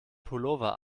pullover